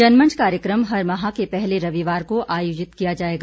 जनमंच कार्यक्रम हर माह के पहले रविवार को आयोजित किया जाएगा